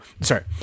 sorry